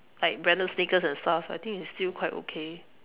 like branded sneakers and stuff I think it's still quite okay